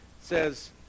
says